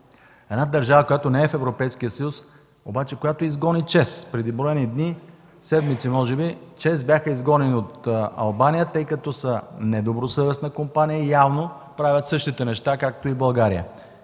– държава, която не е в Европейския съюз, но която изгони ЧЕЗ. Преди броени дни, може би седмици, ЧЕЗ бяха изгонени от Албания, тъй като са недобросъвестна компания и явно правят същите неща, както и в България.